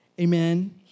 Amen